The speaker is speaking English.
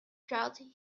throughout